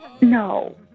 No